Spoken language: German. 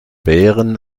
bären